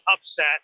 upset